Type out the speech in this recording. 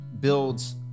builds